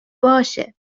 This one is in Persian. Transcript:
باشه